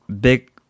big